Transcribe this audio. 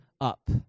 up